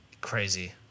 Crazy